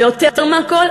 ויותר מהכול,